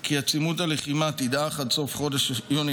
כי עצימות הלחימה תדעך עד סוף חודש יוני